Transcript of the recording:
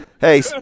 Hey